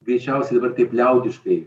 greičiausiai taip liaudiškai